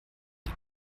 die